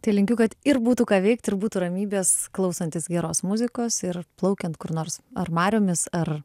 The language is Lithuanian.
tai linkiu kad ir būtų ką veikt ir būtų ramybės klausantis geros muzikos ir plaukiant kur nors ar mariomis ar